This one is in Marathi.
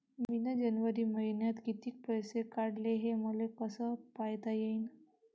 मिन जनवरी मईन्यात कितीक पैसे काढले, हे मले कस पायता येईन?